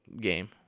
game